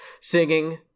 singing